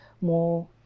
more